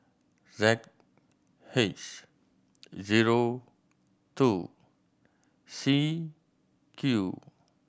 Z H zero two C Q